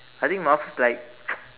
I think Marfus like